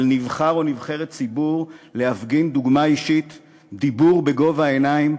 על נבחר או נבחרת ציבור להפגין דוגמה אישית ודיבור בגובה העיניים,